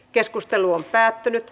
keskustelua ei syntynyt